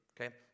okay